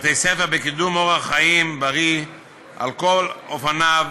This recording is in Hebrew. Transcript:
בתי-ספר בקידום אורח חיים בריא על כל אופניו.